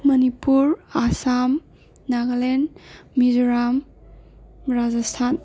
Manipur Assam Nagaland Mizoram Rajasthan